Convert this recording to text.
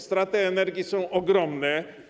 Straty energii są ogromne.